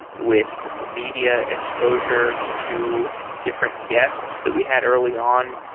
with media exposure to different guests that we had early on.